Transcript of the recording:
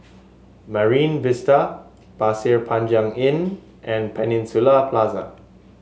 Marine Vista Pasir Panjang Inn and Peninsula Plaza